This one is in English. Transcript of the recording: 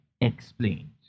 explained